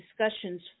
discussions